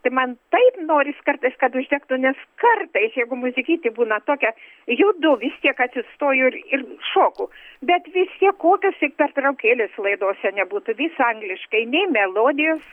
tai man taip noris kartais kad užtektų nes kartais jeigu muzikytė būna tokia judu vis tiek atsistoju ir ir šoku bet vis tiek kokios tik pertraukėlės laidose nebūtų vis angliškai nei melodijos